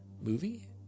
movie